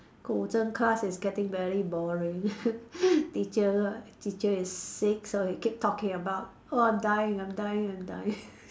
Guzheng class is getting very boring teacher teacher is sick so he keep talking about oh I'm dying I'm dying I'm dying